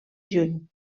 juny